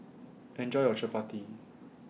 Enjoy your Chappati